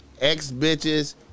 ex-bitches